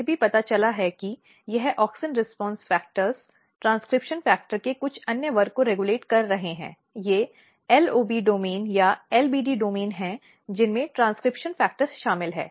यह भी पता चला कि यह auxin response factor transcription factor के कुछ अन्य वर्ग को रेगुलेट कर रहे हैं ये LOB डोमेन या LBD डोमेन हैं जिनमें ट्रांसक्रिप्शन फ़ैक्टर शामिल हैं